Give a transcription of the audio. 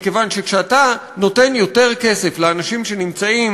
מכיוון שכשאתה נותן יותר כסף לאנשים שנמצאים